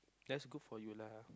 that's good for you lah